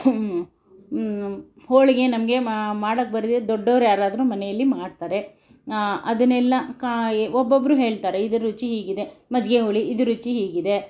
ಹೋಳಿಗೆ ನಮಗೆ ಮಾಡೋಕೆ ಬರ್ದಿದ್ರೆ ದೊಡ್ಡವ್ರು ಯಾರಾದ್ರೂ ಮನೆಯಲ್ಲಿ ಮಾಡ್ತಾರೆ ಅದನ್ನೆಲ್ಲ ಕಾಯಿ ಒಬ್ಬೊಬ್ಬರು ಹೇಳ್ತಾರೆ ಇದು ರುಚಿ ಹೀಗಿದೆ ಮಜ್ಜಿಗೆ ಹುಳಿ ಇದು ರುಚಿ ಹೀಗಿದೆ